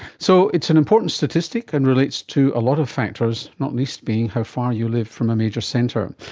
so it's an important statistic and relates to a lot of factors, not least being how far you live from a major centre.